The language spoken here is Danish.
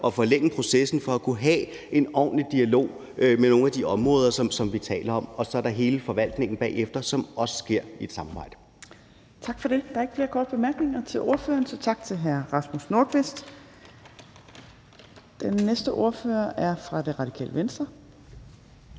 at forlænge processen for at kunne have en ordentlig dialog med nogle af de grupper, som vi taler om. Så er der hele forvaltningen bagefter, som også vil foregå i et samarbejde. Kl. 12:29 Tredje næstformand (Trine Torp): Tak for det. Der er ikke flere korte bemærkninger til ordføreren, så tak til hr. Rasmus Nordqvist. Den næste ordfører er fra Radikale Venstre.